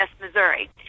Missouri